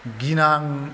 गिनां